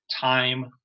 time